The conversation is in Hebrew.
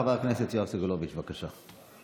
חבר הכנסת יואב סגלוביץ', בבקשה.